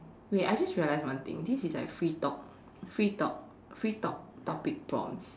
wait I just realised one thing this is like free talk free talk free talk topic prompts